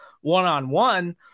one-on-one